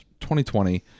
2020